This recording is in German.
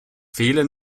fehlen